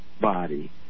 body